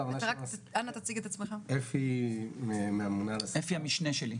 אני אפי מלכין, המשנה של קובי.